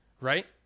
Right